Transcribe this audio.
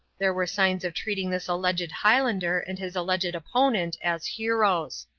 there were signs of treating this alleged highlander and his alleged opponent as heroes.